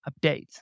updates